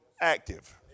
active